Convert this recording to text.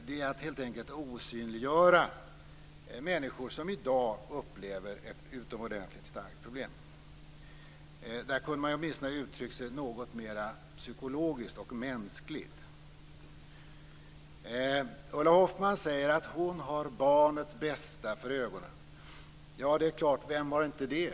Det är helt enkelt att osynliggöra människor som i dag upplever ett utomordentligt stort problem. Man kunde åtminstone ha uttryckt sig något mer psykologiskt och mänskligt. Tanja Linderborg säger att hon har barnets bästa för ögonen. Ja, det är klart, vem har inte det?